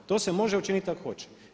To se može učiniti ako hoće.